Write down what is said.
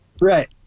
Right